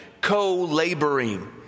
co-laboring